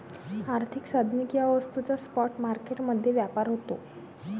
आर्थिक साधने किंवा वस्तूंचा स्पॉट मार्केट मध्ये व्यापार होतो